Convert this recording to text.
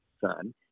son